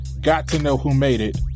got-to-know-who-made-it